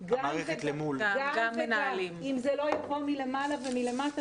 ממש למידה אישית שנותנת מענה לצרכים המאוד